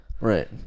right